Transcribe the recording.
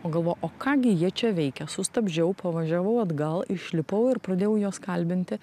o galvoju o ką gi jie čia veikia sustabdžiau pavažiavau atgal išlipau ir pradėjau juos kalbinti